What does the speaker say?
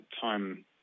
time